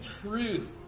truth